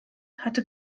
hatte